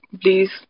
please